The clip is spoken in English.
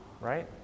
Right